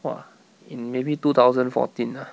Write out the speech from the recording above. !wah! in maybe two thousand fourteen ah